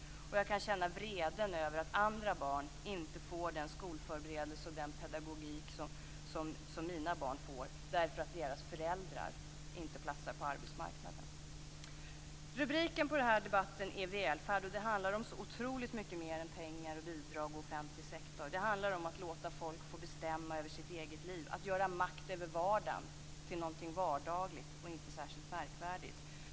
Jag kan känna vreden över att andra barn inte får den skolförberedelse och den pedagogik som mina barn får därför att deras föräldrar inte platsar på arbetsmarknaden. Rubriken på den här debatten är Välfärdsfrågor. Det handlar om så otroligt mycket mer än om pengar, bidrag och offentlig sektor. Det handlar om att låta folk få bestämma över sitt eget liv, att göra makt över vardagen till någonting vardagligt och inte särskilt märkvärdigt.